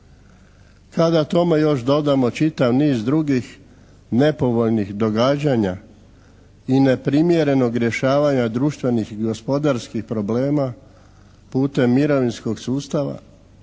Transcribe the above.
Kada tome još dodamo čitav niz drugih nepovoljnih događanja i neprimjerenog rješavanja društvenih i gospodarskih problema putem mirovinskog sustava,